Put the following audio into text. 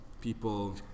people